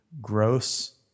gross